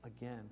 again